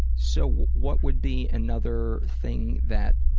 so what would be another thing that